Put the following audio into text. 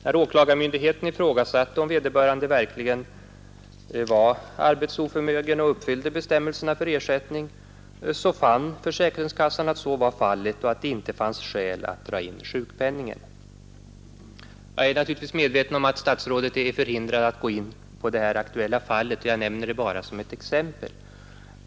När åklagarmyndigheten ifrågasatte om vederbörande verkligen var arbetsoförmögen och uppfyllde bestämmelserna för ersättning, fann försäkringskassan att så var fallet och att det inte fanns skäl att dra in sjukpenningen. Jag är naturligtvis medveten om att statsrådet är förhindrad att gå in på detta särskilda fall; jag nämner det bara som ett exempel.